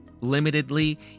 limitedly